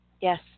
Yes